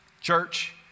church